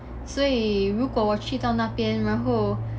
所以如果我去到那边然后